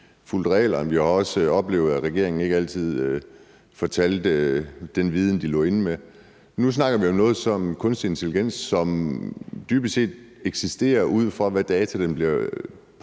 fulgte reglerne. Vi har også oplevet, at regeringen ikke altid fortalte den viden, de lå inde med. Nu snakker vi om noget som kunstig intelligens, som dybest set eksisterer ud fra, hvad for noget data der bliver ført